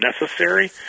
necessary